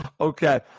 Okay